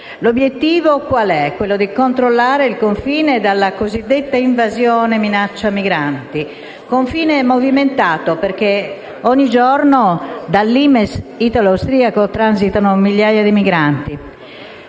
L'obiettivo è quello di controllare il confine dalla cosiddetta minaccia dell'invasione di migranti; un confine movimentato perché ogni giorno dal *limes* italo-austriaco transitano migliaia di migranti,